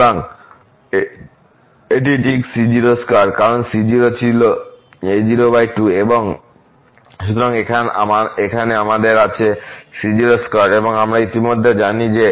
সুতরাং এটি ঠিক c02 কারণ c0 ছিল a02 সুতরাং এখানে আমাদের আছে c02 এবং আমরা ইতিমধ্যে জানি যে এটি